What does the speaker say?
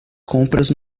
compras